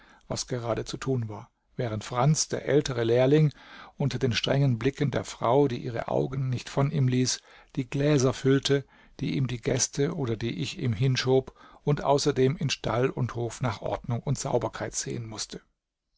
was gerade zu tun war während franz der ältere lehrling unter den strengen blicken der frau die ihre augen nicht von ihm ließ die gläser füllte die ihm die gäste oder die ich ihm hinschob und außerdem in stall und hof nach ordnung und sauberkeit sehen mußte